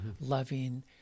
loving